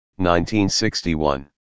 1961